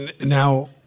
Now